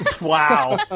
Wow